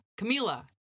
Camila